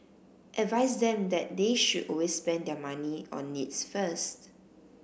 advise them that they should always spend their money on needs first